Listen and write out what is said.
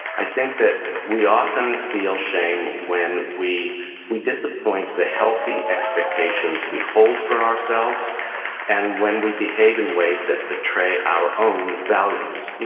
i think that we often feel shame when we we disappoint the healthy expectations we hold for ourselves and when we behave in ways that betray our own values.